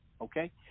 Okay